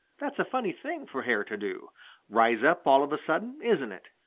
that's a funny thing for hair to do rise up all of a sudden isn't it?